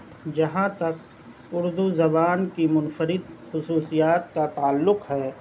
جہاں تک اردو زبان کی منفرد خصوصیات کا تعلق ہے